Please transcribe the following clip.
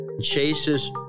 Chase's